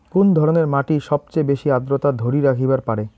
কুন ধরনের মাটি সবচেয়ে বেশি আর্দ্রতা ধরি রাখিবার পারে?